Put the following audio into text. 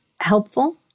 helpful